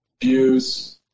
views